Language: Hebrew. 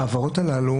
ההעברות הללו